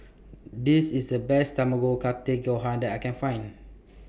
This IS The Best Tamago Kake Gohan that I Can Find